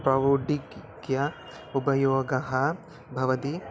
प्रौदिकी उपयोगः भवति